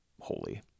holy